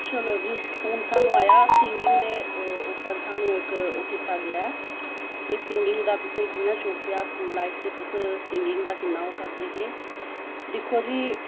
चलो जी हून स्हानू आया सिंगिंग दे उप्पर स्हानू इक ओह् कीता गेआ कि सिंगिंग दा तुसेंगी कि'यां शौक पेआ स्कूल लाइफ च तुस सिंगिंग दा कि'न्ना ओह् करदे हे दिक्खो जी